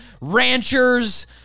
ranchers